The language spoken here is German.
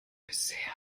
bisher